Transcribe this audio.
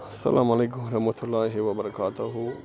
اسلام علیکم وَرحمة اللہِ وبرکاتہ